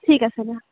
ঠিক আছে দিয়া